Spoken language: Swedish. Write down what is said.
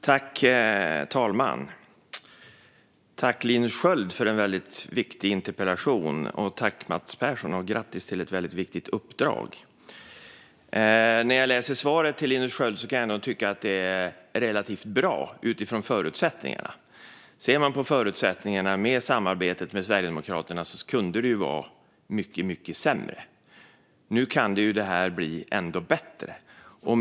Fru talman! Tack, Linus Sköld, för en väldigt viktig interpellation! Tack, Mats Persson, och grattis till ett väldigt viktigt uppdrag! När jag hör svaret till Linus Sköld kan jag nog tycka att det är relativt bra utifrån förutsättningarna. Ser man på förutsättningarna med samarbetet med Sverigedemokraterna kunde det vara mycket sämre. Nu kan ju det här ändå bli bättre.